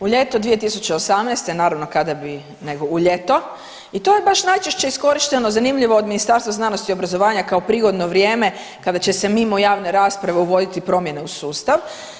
U ljeto 2018. naravno kada bi nego u ljeto i to j vaš najčešće iskorišteno zanimljivo od Ministarstva znanosti i obrazovanja kao prigodno vrijeme kada će se mimo javne rasprave uvoditi promjene u sustav.